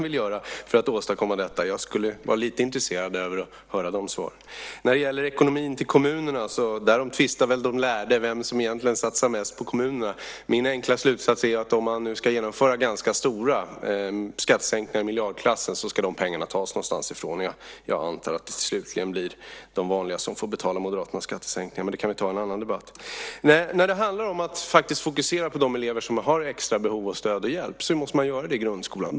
Herr talman! Nu har Margareta Pålsson uttömt sin talartid, så hon kan tyvärr inte svara på frågan vad Moderaterna vill göra för att åstadkomma detta. Jag skulle vara lite intresserad av att höra de svaren. När det gäller ekonomin till kommunerna tvistar väl de lärde om vem som satsar mest på kommunerna. Min enkla slutsats är att om man nu ska genomföra ganska stora skattesänkningar i miljardklassen ska de pengarna tas någonstans ifrån. Jag antar att det slutligen blir de vanliga som får betala Moderaternas skattesänkningar. Men det kan vi ta i en annan debatt. När det handlar om att fokusera på de elever som har extra behov av stöd och hjälp måste man göra det i grundskolan.